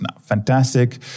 Fantastic